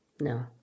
No